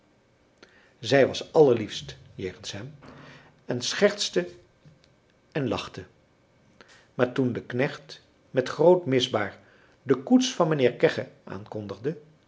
zij was allerliefst jegens hem en schertste en lachte maar toen de knecht met groot misbaar de koets van mijnheer kegge aankondigde